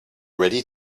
ready